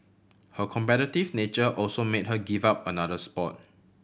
her competitive nature also made her give up another sport